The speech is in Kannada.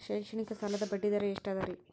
ಶೈಕ್ಷಣಿಕ ಸಾಲದ ಬಡ್ಡಿ ದರ ಎಷ್ಟು ಅದರಿ?